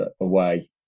away